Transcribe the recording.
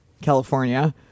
California